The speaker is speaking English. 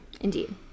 Indeed